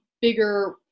bigger